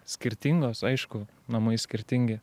skirtingos aišku namai skirtingi